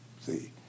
see